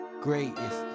greatest